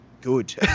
good